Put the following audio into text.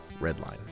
Redline